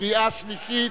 קריאה שלישית: